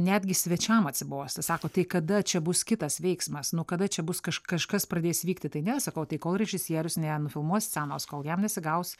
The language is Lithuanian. netgi svečiam atsibosta sako tai kada čia bus kitas veiksmas nu kada čia bus kaž kažkas pradės vykti tai ne sakau tai kol režisierius nenufilmuos scenos kol jam nesigaus